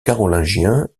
carolingien